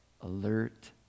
alert